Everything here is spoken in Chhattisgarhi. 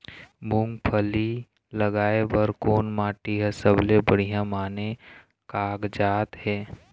मूंगफली लगाय बर कोन माटी हर सबले बढ़िया माने कागजात हे?